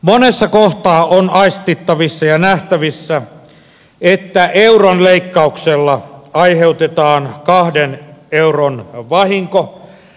monessa kohtaa on aistittavissa ja nähtävissä että euron leikkauksella aiheutetaan kahden euron vahinko